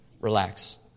relax